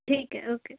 ਠੀਕ ਹੈ ਓਕੇ